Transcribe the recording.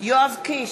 יואב קיש,